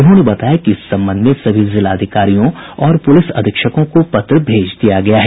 उन्होंने बताया कि इस संबंध में सभी जिलाधिकारियों और पुलिस अधीक्षकों को पत्र भेज दिया गया है